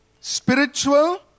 Spiritual